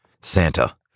Santa